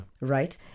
right